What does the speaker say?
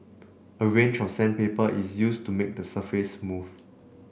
a range of sandpaper is used to make the surface smooth